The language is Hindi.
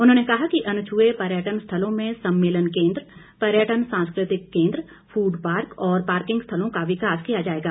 उन्होंने कहा कि अनछ्ए पर्यटन स्थलों में सम्मेलन केन्द्र पर्यटन सांस्कृतिक केन्द्र फूड पार्क और पार्किंग स्थलों का विकास किया जाएगा